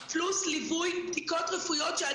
כי אני בטוחה שזה כתוב